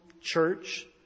church